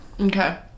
Okay